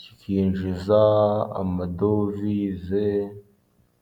cyikinjiza amadovize.